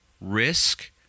risk